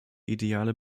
ideale